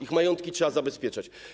Ich majątki trzeba zabezpieczać.